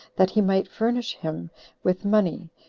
that he might furnish him with money,